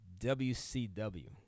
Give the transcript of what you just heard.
WCW